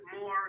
more